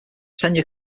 tenure